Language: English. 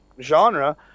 genre